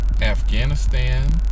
Afghanistan